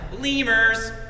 lemurs